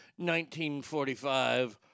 1945